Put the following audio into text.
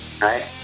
right